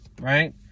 right